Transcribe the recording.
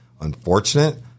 unfortunate